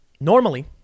normally